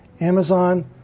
Amazon